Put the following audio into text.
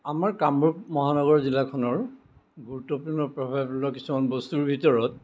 আমাৰ কামৰূপ মহানগৰ জিলাখনৰ গুৰুত্বপূৰ্ণ প্ৰভাৱ পেলোৱা কিছুমান বস্তুৰ ভিতৰত